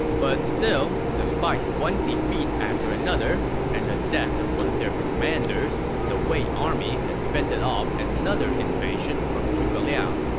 but still, despite one defeat after another, and the death of one of their commanders, the wei army had fended off another invasion from zhuge liang,